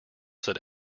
said